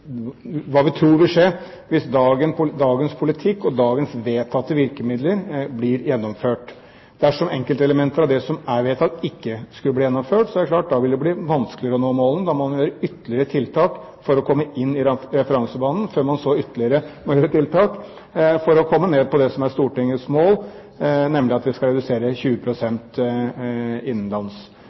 vedtatt, ikke skulle bli gjennomført, er det klart at da vil det bli vanskeligere å nå målene. Da må man gjøre ytterligere tiltak for å komme inn i referansebanen, før man så må gjøre ytterligere tiltak for å komme ned på det som er Stortingets mål, nemlig at vi skal redusere 20 pst. innenlands.